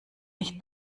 nicht